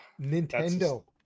Nintendo